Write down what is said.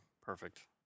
perfect